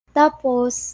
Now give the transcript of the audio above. tapos